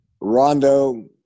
Rondo